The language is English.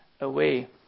away